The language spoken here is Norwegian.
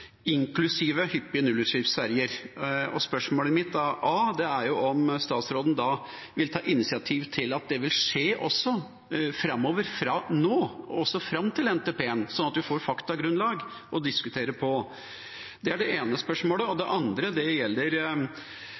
Spørsmålet mitt er om statsråden da vil ta initiativ til at det vil skje også, fra nå og fram til NTP-en, sånn at vi får et faktagrunnlag å diskutere på. Det er det ene spørsmålet. Det andre gjelder det